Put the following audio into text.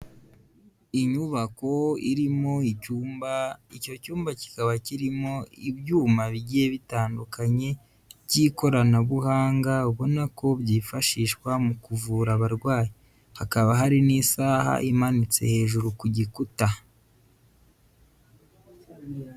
Inyubako irimo icyumba, icyo cyumba kikaba kirimo ibyuma bigiye bitandukanye by'ikoranabuhanga, ubona ko byifashishwa mu kuvura abarwayi, hakaba hari n'isaha imanitse hejuru ku gikuta.